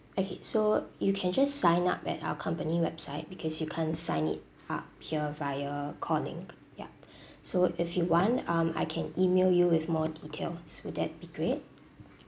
okay so uh you can just sign up at our company website because you can't sign it up here via calling yup so if you want um I can email you with more details would that be great